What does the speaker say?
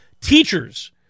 teachers